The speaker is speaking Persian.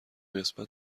قسمت